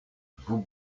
vous